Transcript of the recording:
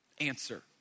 answer